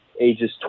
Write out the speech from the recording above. ages